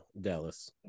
Dallas